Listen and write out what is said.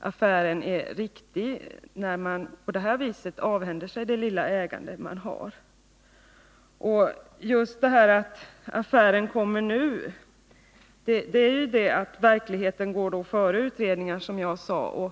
affären är riktig, eftersom man i det fallet avhänder sig den lilla möjlighet man har till ägande. Att affären blir aktuell nu beror ju på att verkligheten förekommer utredningarna.